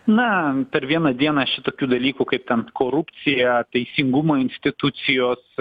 na per vieną dieną šitokių dalykų kaip ten korupcija teisingumo institucijos